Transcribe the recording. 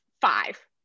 five